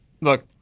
Look